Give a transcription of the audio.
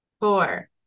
four